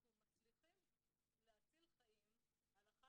אנחנו מצליחים להציל חיים הלכה